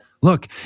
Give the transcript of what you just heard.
look